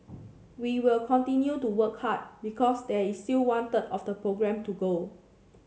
we will continue to work hard because there is still one third of the programme to go